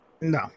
No